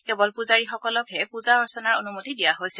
কেৱল পুজাৰীসকলকহে পুজা অৰ্চনাৰ অনুমতি দিয়া হৈছে